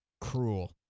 cruel